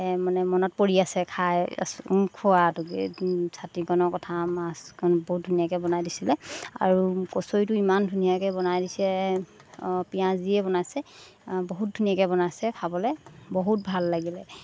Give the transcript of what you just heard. মানে মনত পৰি আছে খাই আছোঁ খোৱাটোকে চাটনিকণৰ কথা মাছকণ বহুত ধুনীয়াকৈ বনাই দিছিলে আৰু কচৰিটো ইমান ধুনীয়াকৈ বনাই দিছে অঁ পিঁয়াজীয়ে বনাইছে বহুত ধুনীয়াকৈ বনাইছে খাবলৈ বহুত ভাল লাগিলে